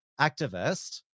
activist